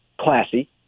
classy